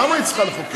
למה היא צריכה לחוקק?